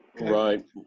Right